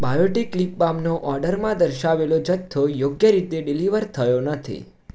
Biotique લીપબામનો ઓર્ડરમાં દર્શાવેલો જથ્થો યોગ્ય રીતે ડીલિવર થયો નથી